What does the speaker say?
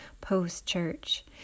post-church